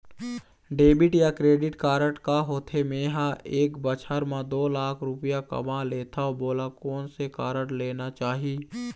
Debit या credit card का होथे, मे ह एक बछर म दो लाख रुपया कमा लेथव मोला कोन से कारड लेना चाही?